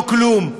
לא כלום,